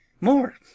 More